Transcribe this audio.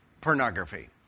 pornography